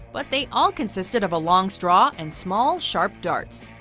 but they all consisted of a long straw and small sharp darts.